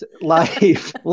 Life